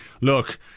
look